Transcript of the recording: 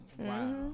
Wow